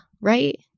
right